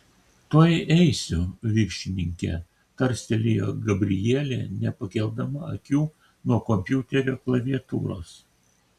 tuoj eisiu viršininke tarstelėjo gabrielė nepakeldama akių nuo kompiuterio klaviatūros